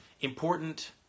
important